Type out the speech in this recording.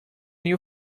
new